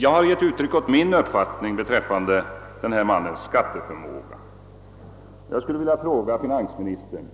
Jag har givit uttryck åt min uppfattning beträffande den här mannens skatteförmåga, och jag vill fråga finansministern: